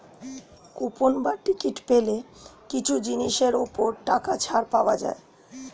coupon বা ticket পেলে কিছু জিনিসের ওপর টাকা ছাড় পাওয়া যায়